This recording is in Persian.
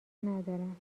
ندارم